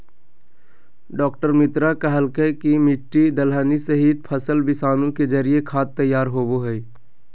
डॉ मित्रा कहलकय कि मिट्टी, दलहनी सहित, फसल विषाणु के जरिए खाद तैयार होबो हइ